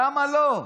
למה לא?